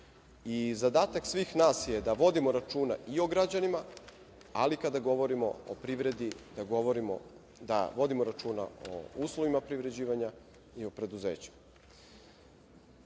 Zadatak svih nas je da vodimo računa i o građanima, ali kada govorimo o privredi, da vodimo računa o uslovima privređivanja i o preduzeću. Još